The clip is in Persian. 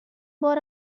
بار